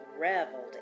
reveled